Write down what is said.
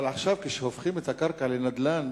אבל עכשיו, כשהופכים את הקרקע לנדל"ן